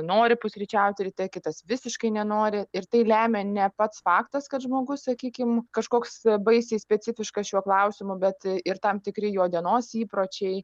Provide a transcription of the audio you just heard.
nori pusryčiauti ryte kitas visiškai nenori ir tai lemia ne pats faktas kad žmogus sakykim kažkoks baisiai specifiškas šiuo klausimu bet ir tam tikri jo dienos įpročiai